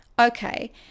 okay